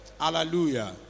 Hallelujah